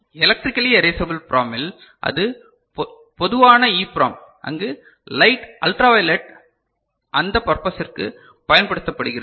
electrically erasable PROM இல் அது பொதுவான EPROM அங்கு லைட் அல்ட்ரா வயலெட் அந்த பர்பசிறகு பயன்படுத்தப்படுகிறது